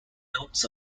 notes